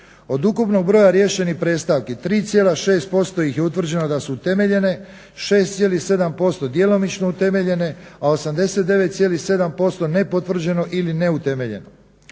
Od ukupnog broja riješenih predstavki 3,6% ih je utvrđeno da su utemeljene, 6,7% djelomično utemeljene, a 89,7% nepotvrđeno ili neutemeljeno.